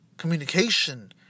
communication